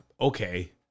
Okay